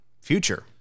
Future